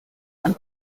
and